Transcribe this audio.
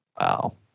Wow